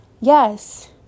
Yes